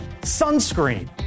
Sunscreen